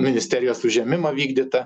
ministerijos užėmimą vykdytą